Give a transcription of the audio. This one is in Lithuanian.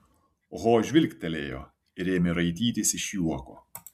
ho žvilgtelėjo ir ėmė raitytis iš juoko